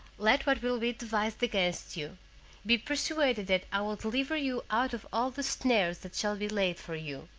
let what will be devised against you be persuaded that i will deliver you out of all the snares that shall be laid for you.